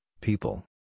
people